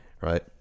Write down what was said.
right